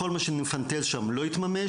כל מה שנפנטז שם לא יתממש,